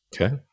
Okay